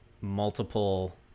multiple